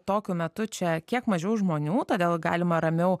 tokiu metu čia kiek mažiau žmonių todėl galima ramiau